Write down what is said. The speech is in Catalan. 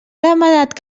demanat